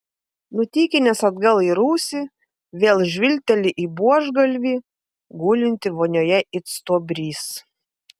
nutykinęs atgal į rūsį vėl žvilgteli į buožgalvį gulintį vonioje it stuobrys